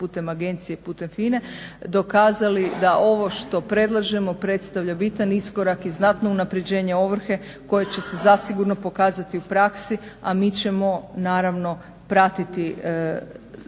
putem agencije i putem FINA-e dokazali da ovo što predlažemo predstavlja bitan iskorak i znatno unapređenje ovrhe koje će se zasigurno pokazati u praksi, a mi ćemo naravno pratiti